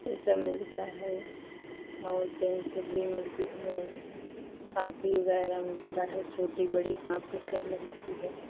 यह सब मिलती है और पेन्सिल भी मिलती है कॉपी वगैरह मिलती है छोटी बड़ी कॉपी सब मिलती है